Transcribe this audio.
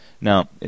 Now